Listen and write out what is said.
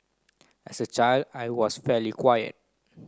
as a child I was fairly quiet